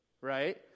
Right